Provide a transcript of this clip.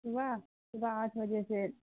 صبح صبح آٹھ بجے سے